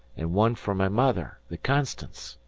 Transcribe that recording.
and one for my mother, the constance.